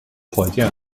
火箭